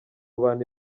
abantu